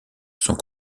sont